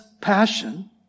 passion